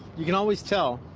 you can always tell